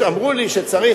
אמרו לי שצריך,